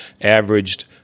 averaged